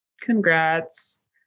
Congrats